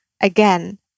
again